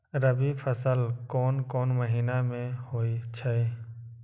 रबी फसल कोंन कोंन महिना में होइ छइ?